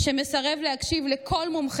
שמסרב להקשיב לכל מומחה,